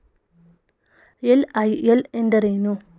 LIL ಎಂದರೇನು?